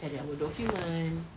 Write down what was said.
kita ada our documents